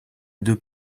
deux